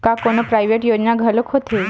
का कोनो प्राइवेट योजना घलोक होथे?